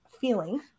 feeling